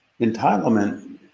Entitlement